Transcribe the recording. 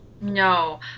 no